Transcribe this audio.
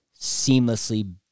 seamlessly